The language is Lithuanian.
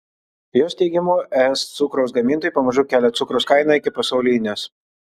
jos teigimu es cukraus gamintojai pamažu kelia cukraus kainą iki pasaulinės